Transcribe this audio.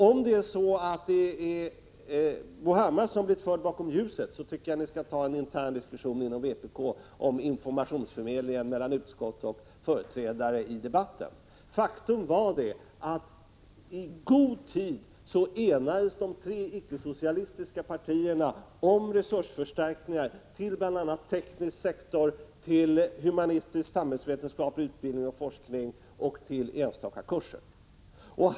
Om det är så att det är Bo Hammar som har blivit förd bakom ljuset, tycker jag ni skall ta en intern diskussion inom vpk om Faktum är att de tre icke-socialistiska partierna i god tid enades om resursförstärkningar, bl.a. till teknisk sektor, till humanistisk-samhällsvetenskaplig utbildning och forskning och till enstaka kurser.